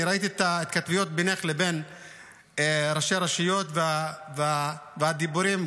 אני ראיתי את ההתכתבויות בינך לבין ראשי רשויות ואת הדיבורים,